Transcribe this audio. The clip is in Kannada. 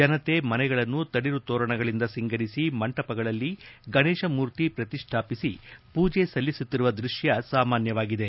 ಜನತೆ ಮನೆಗಳನ್ನು ತಳಿರು ತೋರಣಗಳಿಂದ ಸಿಂಗರಿಸಿ ಮಂಟಪಗಳಲ್ಲಿ ಗಣೇಶ ಮೂರ್ತಿ ಪ್ರತಿಷ್ಠಾಪಿಸಿ ಕೂಜೆ ಸಲ್ಲಿಸುತ್ತಿರುವ ದೃಶ್ಯ ಸಾಮಾನ್ಯವಾಗಿತ್ತು